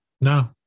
no